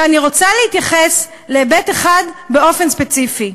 ואני רוצה להתייחס להיבט אחד באופן ספציפי,